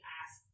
ask